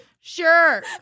Sure